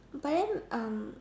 but then um